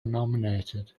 nominated